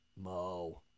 Mo